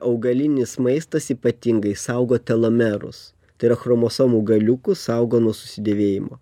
augalinis maistas ypatingai saugo telomerus tai yra chromosomų galiukus saugo nuo susidėvėjimo